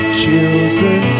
children